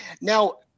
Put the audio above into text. Now